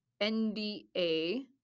NDA